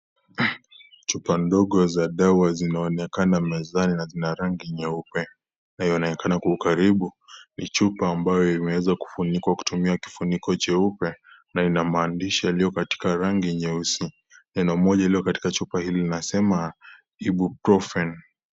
Chupa ndogo za dawa zinaonekana mezani na zina rangi nyeupe inayoonekana kwa ukaribu ni chumba ambayo imeeza kufunikwa kutumia kifuniko cheupe na ina maandishi yaliyo katika rangi nyeusi, neno moja iliyo katika chupa hili linasema Ibuprofen.